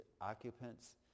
occupants